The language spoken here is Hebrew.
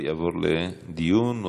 יעבור לדיון?